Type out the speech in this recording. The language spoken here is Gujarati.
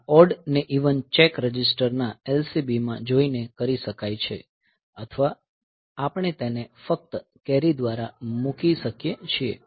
આ ઓડ ને ઇવન ચેક રજીસ્ટરના LSB માં જોઈને કરી શકાય છે અથવા આપણે તેને ફક્ત કેરી દ્વારા મૂકી શકીએ છીએ